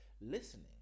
listening